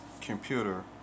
computer